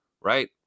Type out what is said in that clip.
Right